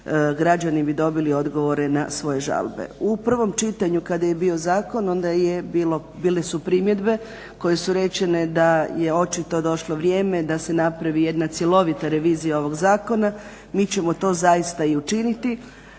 građani bi dobili odgovore na svoje žalbe. U prvom čitanju kada je bio zakon, onda je, bile su primjedbe koje su rečene da je očito došlo vrijeme da se napravi jedna cjelovita revizija ovog zakona, mi ćemo to zaista i učiniti,